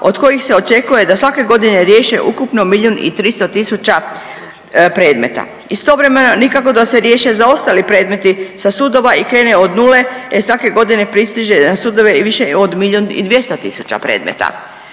od kojih se očekuje da svake godine riješe ukupno milijun i 300 tisuća predmeta. Istovremeno nikako da se riješe zaostali predmeti sa sudova i krene od nule jer svake godine pristiže na sudove više od milion i 200 tisuća predmeta.